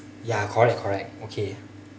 ya correct correct okay